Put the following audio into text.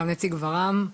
גם נציג גברעם.